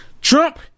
Trump